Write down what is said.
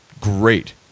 great